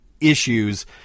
issues